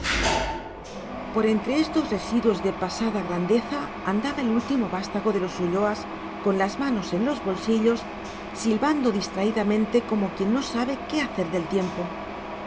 por entre estos residuos de pasada grandeza andaba el último vástago de los ulloas con las manos en los bolsillos silbando distraídamente como quien no sabe qué hacer del tiempo la